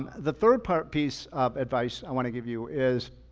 the third part piece of advice i want to give you is,